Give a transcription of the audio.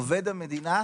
עובד המדינה,